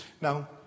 Now